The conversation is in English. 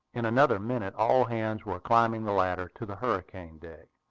in another minute, all hands were climbing the ladder to the hurricane-deck.